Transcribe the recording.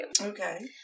Okay